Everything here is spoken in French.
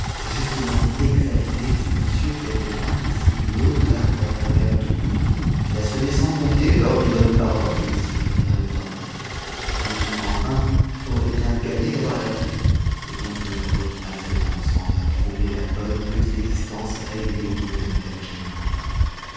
justement exaltée du monsieur qui a fait l'impossible et au-delà pour être agréable à tout le monde qui a semé sans compter l'or des bonnes paroles et des sourires pleins de promesses qui enfin aurait bien gagné d'avoir la paix et dont une brute malfaisante s'en vient troubler la bonne petite existence réglée au mieux de l'intérêt général